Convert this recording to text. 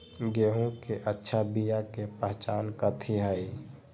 गेंहू के अच्छा बिया के पहचान कथि हई?